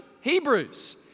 Hebrews